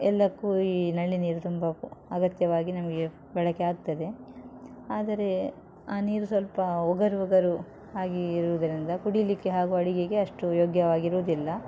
ಎಲ್ಲಕ್ಕೂ ಈ ನಲ್ಲಿ ನೀರು ತುಂಬ ಅಗತ್ಯವಾಗಿ ನಮಗೆ ಬಳಕೆ ಆಗ್ತದೆ ಆದರೆ ಆ ನೀರು ಸ್ವಲ್ಪ ಒಗರು ಒಗರು ಆಗಿ ಇರುವುದರಿಂದ ಕುಡೀಲಿಕ್ಕೆ ಹಾಗೂ ಅಡುಗೆಗೆ ಅಷ್ಟು ಯೋಗ್ಯವಾಗಿರುವುದಿಲ್ಲ